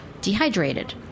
dehydrated